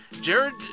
Jared